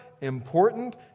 important